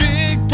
Big